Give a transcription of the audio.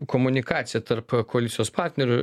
komunikaciją tarp koalicijos partnerių